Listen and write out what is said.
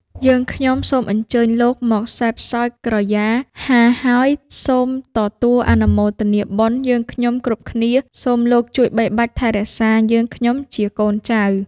យើងខ្ញុំសូមអញ្ជើញលោកមកសេពសោយក្រយាហា ហើយសូមទទួលអនុមោទនាបុណ្យយើងខ្ញុំគ្រប់គ្នា សូមលោកជួយបីបាច់ថែរក្សាយើងខ្ញុំជាកូនចៅ